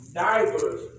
divers